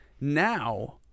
Now